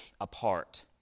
apart